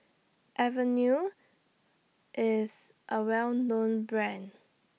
Avene IS A Well known Brand